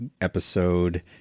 episode